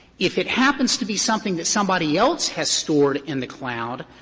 if it happens to be something that somebody else has stored in the cloud,